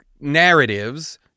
narratives